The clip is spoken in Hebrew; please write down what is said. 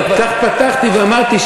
כך פתחתי ואמרתי,